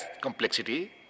complexity